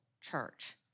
church